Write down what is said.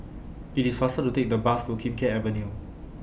IT IS faster to Take The Bus to Kim Keat Avenue